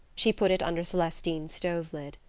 she put it under celestine's stove-lid.